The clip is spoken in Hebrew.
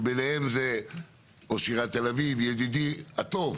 שביניהם זה ראש עיריית תל אביב ידידי הטוב